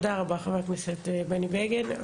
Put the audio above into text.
תודה רבה, חבר הכנסת בני בגין.